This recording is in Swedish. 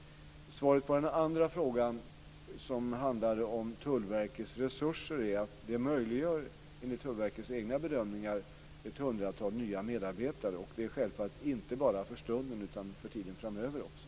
Svaret på den andra frågan som handlade om Tullverkets resurser är att enligt Tullverkets bedömningar möjliggör detta ett hundratal nya medarbetare. Det är självfallet inte bara för stunden utan för tiden framöver också.